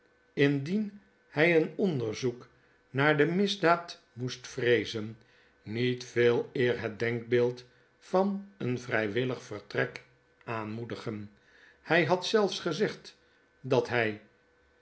indien hij een onderzoek naar de misdaad moest vreezen niet veeleer het denkbeeld van een vrijwillig vertrek aanmoedigen hij had zelfs gezegd dat hij